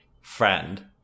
friend